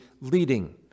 leading